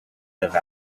live